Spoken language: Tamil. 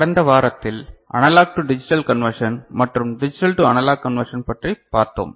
கடந்த வாரத்தில் அனலாக் டு டிஜிட்டல் கன்வர்ஷன் மற்றும் டிஜிட்டல் டு அனலாக் கன்வர்ஷன் பற்றி பார்த்தோம்